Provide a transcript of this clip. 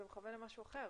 זה מכוון למשהו אחר?